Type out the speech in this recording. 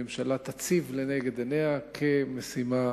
הממשלה תציב לנגד עיניה את המשימה